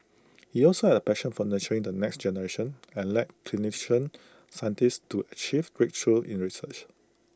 he also had A passion for nurturing the next generation and led clinician scientists to achieve breakthroughs in research